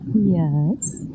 yes